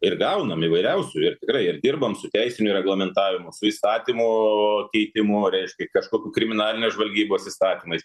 ir gaunam įvairiausių ir tikrai ir dirbam su teisiniu reglamentavimu su įstatymų keitimu reiškia kažkokių kriminalinės žvalgybos įstatymais